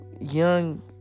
young